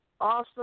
awesome